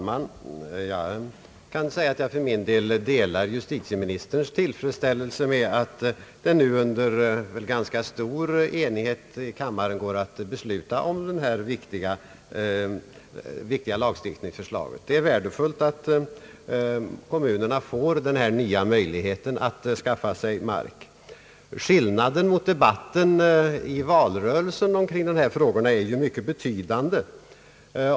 Herr talman! Jag delar justitieministerns tillfredsställelse över att vi nu under ganska stor enighet i kammaren går att besluta om detta viktiga lagstiftningsförslag. Det är värdefullt att kommunerna får denna nya möjlighet att skaffa sig mark. Skillnaden mellan denna debatt och debatten i valrörelsen i dessa frågor är ju mycket betydande.